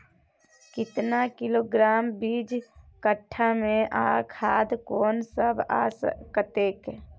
केतना किलोग्राम बीज कट्ठा मे आ खाद कोन सब आ कतेक?